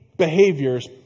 behaviors